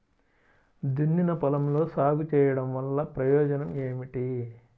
దున్నిన పొలంలో సాగు చేయడం వల్ల ప్రయోజనం ఏమిటి?